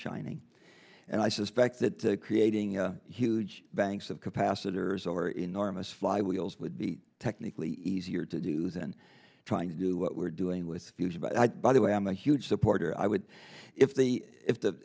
shining and i suspect that creating a huge banks of capacitors or enormous flywheels would be technically easier to do than trying to do what we're doing with fusion by by the way i'm a huge supporter i would if the if the